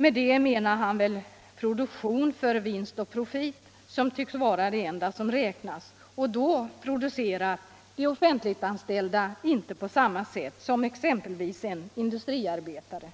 Med det menar han väl produktion för vinst och profit, som tycks vara det enda som räknas. och då producerar de offentliganställda inte på samma sätt som excmpelvis en industriarbetare.